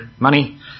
money